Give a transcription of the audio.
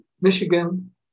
Michigan